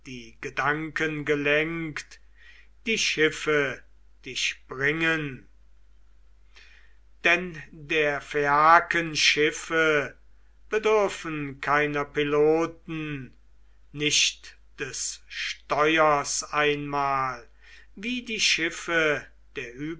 die gedanken gelenkt die schiffe dich bringen denn der phaiaken schiffe bedürfen keiner piloten nicht des steuers einmal wie die schiffe der